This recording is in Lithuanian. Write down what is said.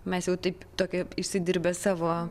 mes jau taip tokie išsidirbę savo